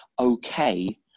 okay